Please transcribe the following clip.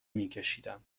میکشیدم